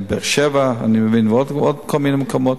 לבאר-שבע, אני מבין, ולעוד כל מיני מקומות.